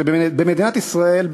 שבמדינת ישראל,